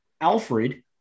Alfred